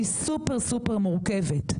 היא סופר-סופר מורכבת,